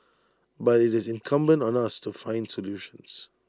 but IT is incumbent on us to find solutions